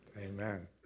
Amen